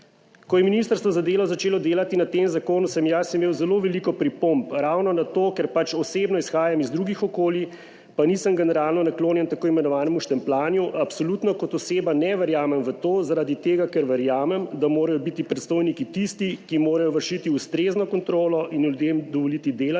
"Ko je ministrstvo za delo začelo delati na tem zakonu, sem jaz imel zelo veliko pripomb, ravno na to, ker osebno izhajam iz drugih okolij, pa nisem generalno naklonjen tako imenovanem štempljanju, absolutno kot oseba ne verjamem v to, zaradi tega, ker verjamem, da morajo biti predstojniki tisti, ki morajo vršiti ustrezno kontrolo in ljudem dovoliti delati,